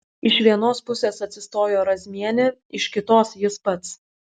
iš vienos pusės atsistojo razmienė iš kitos jis pats